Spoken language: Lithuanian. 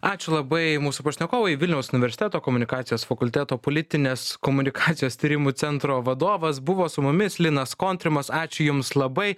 ačiū labai mūsų pašnekovui vilniaus universiteto komunikacijos fakulteto politinės komunikacijos tyrimų centro vadovas buvo su mumis linas kontrimas ačiū jums labai